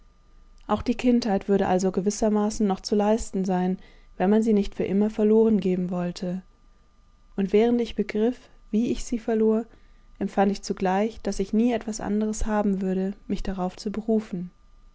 auch die kindheit würde also gewissermaßen noch zu leisten sein wenn man sie nicht für immer verloren geben wollte und während ich begriff wie ich sie verlor empfand ich zugleich daß ich nie etwas anderes haben würde mich darauf zu berufen